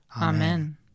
Amen